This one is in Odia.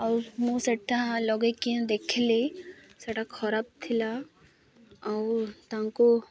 ଆଉ ମୁଁ ସେଇଟା ଲଗାଇକି ଦେଖିଲି ସେଇଟା ଖରାପ ଥିଲା ଆଉ ତାଙ୍କୁ